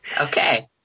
Okay